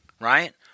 right